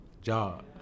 job